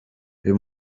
uyu